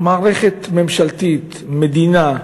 כמערכת ממשלתית, מדינה,